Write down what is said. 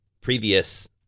previous